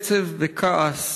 עצב וכעס